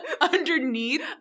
underneath